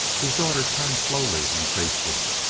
his daughter turned slowly and faced him.